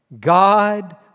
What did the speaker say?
God